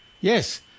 Yes